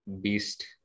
beast